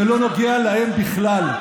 זה לא נוגע להם בכלל.